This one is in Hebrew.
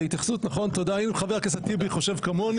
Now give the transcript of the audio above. הנה, חבר הכנסת טיבי חושב כמוני.